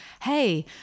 hey